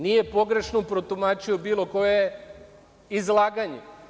Nije pogrešno protumačio bilo koje izlaganje.